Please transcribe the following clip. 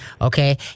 Okay